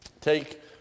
take